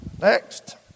next